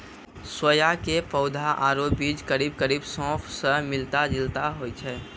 सोया के पौधा आरो बीज करीब करीब सौंफ स मिलता जुलता होय छै